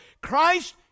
Christ